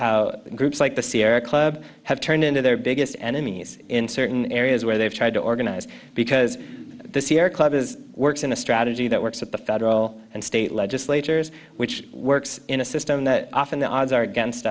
how groups like the sierra club have turned into their biggest enemies in certain areas where they've tried to organize because the sierra club is works in a strategy that works at the federal and state legislatures which works in a system that often the odds are against